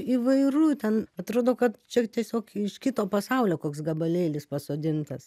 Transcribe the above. įvairu ten atrodo kad čia tiesiog iš kito pasaulio koks gabalėlis pasodintas